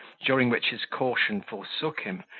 during which his caution forsook him,